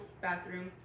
bathroom